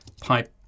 pipe